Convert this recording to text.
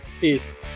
peace